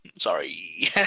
sorry